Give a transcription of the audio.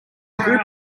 group